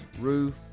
roof